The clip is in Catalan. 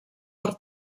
per